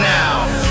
now